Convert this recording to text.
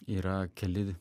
yra keli